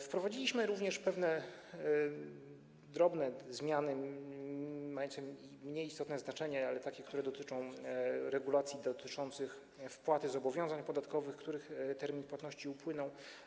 Wprowadziliśmy również pewne drobne zmiany mające mniej istotne znaczenie, ale takie, które dotyczą regulacji w zakresie wpłaty zobowiązań podatkowych, których termin płatności upłynął.